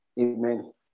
Amen